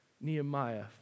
Nehemiah